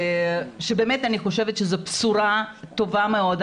שבאמת אני חושבת שזו בשורה טובה מאוד.